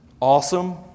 Awesome